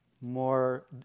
more